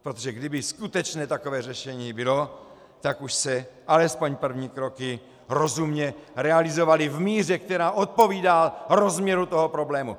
Protože kdyby skutečně takové řešení bylo, tak už se alespoň první kroky rozumně realizovaly v míře, která odpovídá rozměru toho problému.